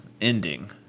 ending